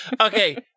Okay